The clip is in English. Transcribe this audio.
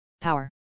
Power